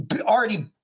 already